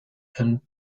and